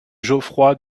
geoffroy